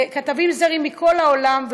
לכתבים זרים מכל העולם,